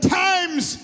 times